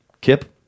kip